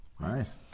Nice